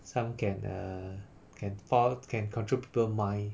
some can err can fall can control people mind